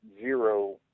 zero